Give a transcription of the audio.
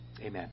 Amen